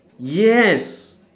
yes